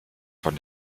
von